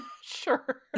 Sure